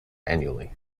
annually